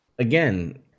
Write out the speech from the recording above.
Again